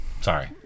sorry